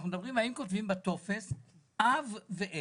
אנחנו מדברים על השאלה האם כותבים בטופס "אב" ו"אם".